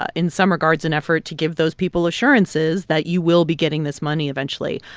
ah in some regards, an effort to give those people assurances that you will be getting this money eventually.